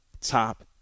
top